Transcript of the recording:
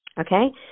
Okay